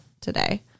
today